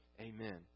Amen